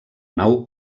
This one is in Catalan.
nau